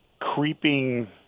creeping